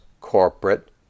corporate